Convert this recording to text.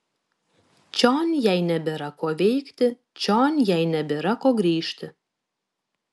čion jai nebėra ko veikti čion jai nebėra ko grįžti